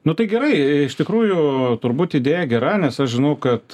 nu tai gerai iš tikrųjų turbūt idėja gera nes aš žinau kad